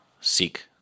seek